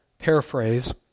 Paraphrase